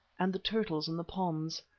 and the turtles in the ponds.